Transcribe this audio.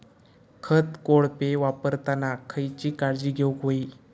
खत कोळपे वापरताना खयची काळजी घेऊक व्हयी?